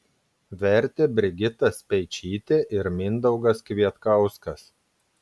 vertė brigita speičytė ir mindaugas kvietkauskas